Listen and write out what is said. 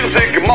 Music